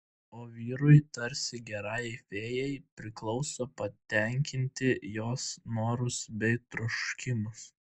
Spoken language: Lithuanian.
o vyrui tarsi gerajai fėjai priklauso patenkinti jos norus bei troškimus